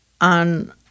on